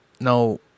Now